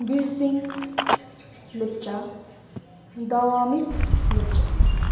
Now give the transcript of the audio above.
Veer Singh Lepcha Dawamit Lepcha